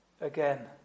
again